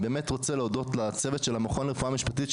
באמת רוצה להודות לצוות של המכון לרפואה משפטית,